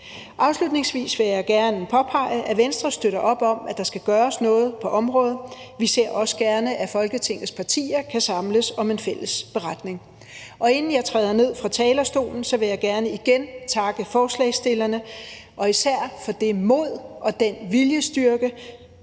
Afslutningsvis vil jeg gerne påpege, at Venstre støtter op om, at der skal gøres noget på området. Vi ser også gerne, at Folketingets partier kan samles om en fælles beretning. Inden jeg træder ned fra talerstolen, vil jeg gerne igen takke forslagsstillerne, især for det mod og den viljestyrke,